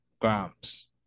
grams